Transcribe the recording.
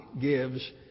gives